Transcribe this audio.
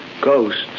Ghosts